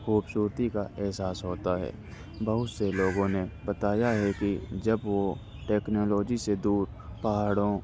خوبصورتی کا احساس ہوتا ہے بہت سے لوگوں نے بتایا ہے کہ جب وہ ٹیکنالوجی سے دور پہاڑوں